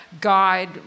guide